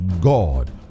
God